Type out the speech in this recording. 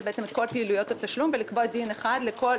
את כל פעילויות התשלום ולקבוע דין אחד לכולם,